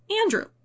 Andrew